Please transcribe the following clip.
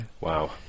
wow